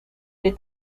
est